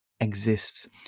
exists